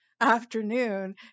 afternoon